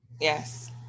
Yes